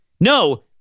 No